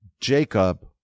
Jacob